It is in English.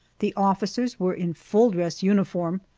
the officers were in full-dress uniform,